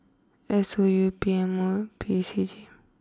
S O U P M O P C G